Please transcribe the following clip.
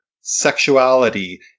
sexuality